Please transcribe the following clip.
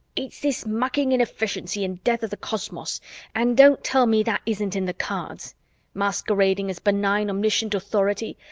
it's this mucking inefficiency and death of the cosmos and don't tell me that isn't in the cards masquerading as benign omniscient authority.